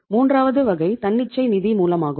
மூன்றாவது வகை தன்னிச்சை நிதி மூலமாகும்